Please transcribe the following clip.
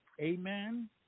Amen